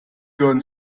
gehören